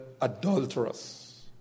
adulterous